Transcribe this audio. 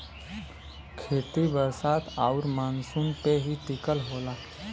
खेती बरसात आउर मानसून पे ही टिकल होला